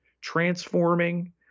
transforming